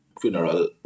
funeral